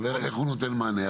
איך הוא נותן מענה?